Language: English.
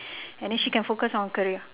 and then she can focus on her career